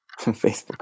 Facebook